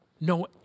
no